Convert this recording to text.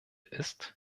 ist